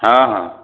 हाँ हाँ